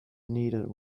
needed